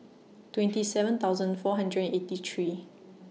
twenty seven thousand four hundred and eighty three